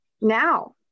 now